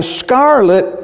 scarlet